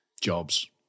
jobs